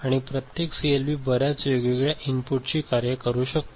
आणि प्रत्येक सीएलबी बर्याच वेगवेगळ्या इनपुटची कार्ये तयार करू शकतो